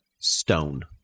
stone